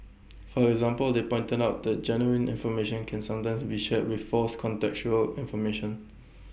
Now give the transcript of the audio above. for example they pointed out that genuine information can sometimes be shared with false contextual information